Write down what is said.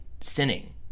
sinning